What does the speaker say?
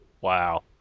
Wow